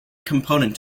component